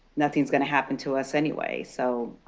nothing's going to happen to us anyway. so